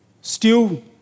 stew